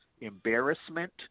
embarrassment